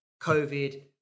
COVID